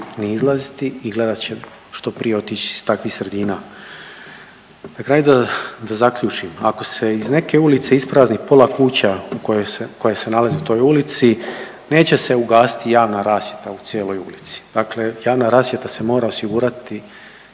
ni izlaziti i gledat će što prije otići iz takvih sredina. Na kraju da zaključim, ako se iz neke ulice isprazni pola kuća koje se nalaze u toj ulici neće se ugasiti javna rasvjeta u cijeloj ulici. Dakle, javna rasvjeta se mora osigurati